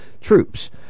troops